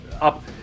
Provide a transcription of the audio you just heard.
up